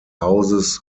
hauses